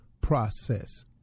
process